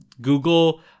Google